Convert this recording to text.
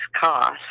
cost